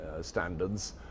standards